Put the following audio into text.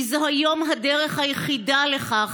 כי היום זו הדרך היחידה לכך,